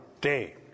day